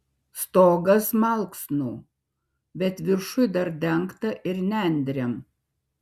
stogas malksnų bet viršuj dar dengta ir nendrėm